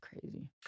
crazy